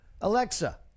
Alexa